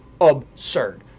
absurd